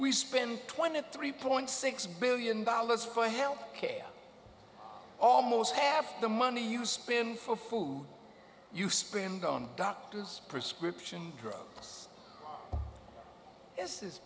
we spend twenty three point six billion dollars for help ok almost half the money you spend for food you spend on doctor's prescription drug